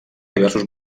diversos